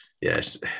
Yes